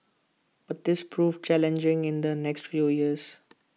but this proved challenging in the next few years